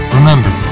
Remember